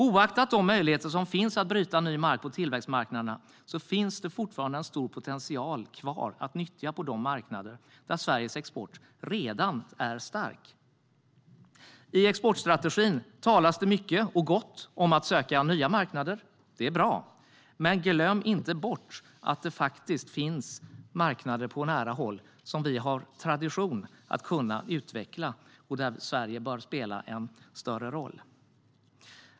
Oaktat de möjligheter som finns att bryta ny mark på tillväxtmarknaderna finns det fortfarande en stor potential kvar att nyttja på de marknader där Sveriges export redan är stark. I exportstrategin talas det mycket och gott om att söka nya marknader, och det är bra. Men glöm inte bort att det faktiskt finns marknader på nära håll som vi har tradition att kunna utveckla. Där bör Sverige spela en större roll.